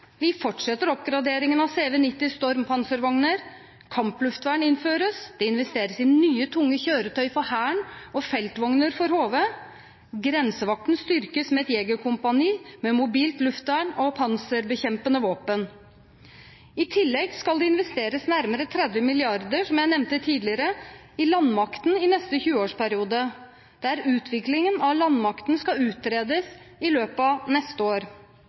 Vi fortsetter oppgraderingen av CV90 stormpanservogner, kampluftvern innføres, det investeres i nye tunge kjøretøy for Hæren og feltvogner for HV, og Grensevakten styrkes med et jegerkompani med mobilt luftvern og panserbekjempende våpen. I tillegg skal det investeres nærmere 30 mrd. kr – som jeg nevnte tidligere – i landmakten i neste 20-årsperiode, der utviklingen av landmakten skal utredes i løpet av neste år,